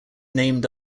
named